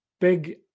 big